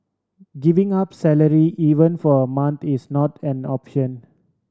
giving up salary even for a month is not an option